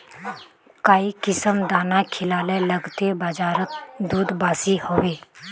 काई किसम दाना खिलाले लगते बजारोत दूध बासी होवे?